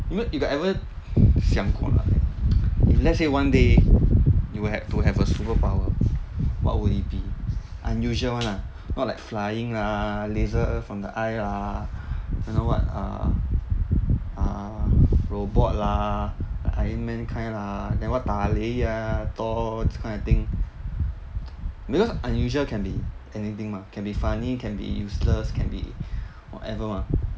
you know if you ever 想过来 if let's say one day you were had to have a superpower what would it be unusual [one] lah not like flying lah laser from the eye lah don't know what err err robot lah iron man kind lah then what 打雷 ah thor this kind of thing because unusual can be anything mah can be funny can be useless can be whatever mah